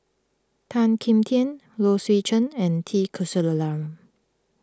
Tan Kim Tian Low Swee Chen and T Kulasekaram